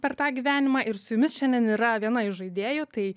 per tą gyvenimą ir su jumis šiandien yra viena iš žaidėjų tai